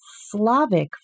Slavic